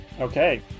Okay